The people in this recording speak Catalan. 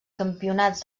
campionats